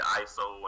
iso